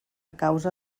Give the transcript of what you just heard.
causa